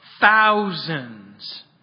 thousands